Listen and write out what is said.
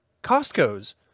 Costco's